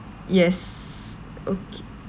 yes okay